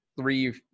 three